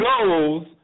goes